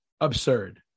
Absurd